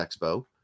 Expo